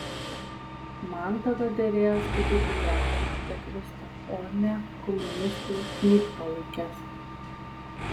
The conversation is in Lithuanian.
man tada derėjo skaityti grafą montekristą o ne komunistų knygpalaikes